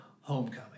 homecoming